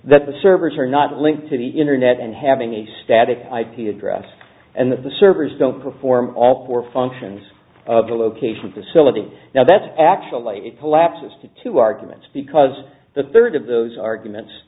that the servers are not linked to the internet and having a static ip address and that the servers don't perform all four functions of the location facility now that's actually it collapses to two arguments because the third of those arguments